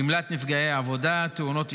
גמלת נפגעי עבודה, תאונות אישיות,